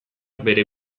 bere